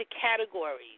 categories